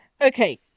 Okay